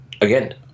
again